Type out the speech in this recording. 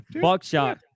Buckshot